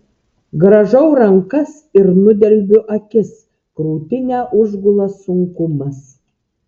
grąžau rankas ir nudelbiu akis krūtinę užgula sunkumas